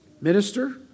minister